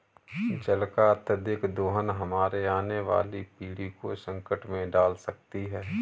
जल का अत्यधिक दोहन हमारे आने वाली पीढ़ी को संकट में डाल सकती है